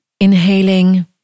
Inhaling